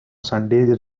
sunday